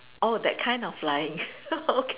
oh that kind of flying okay